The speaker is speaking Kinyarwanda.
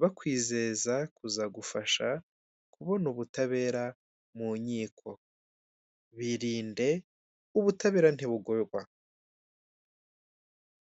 bakwizeza kuzagufasha kubona ubutabera mu nkiko. Birinde ubutabera ntibugurwa.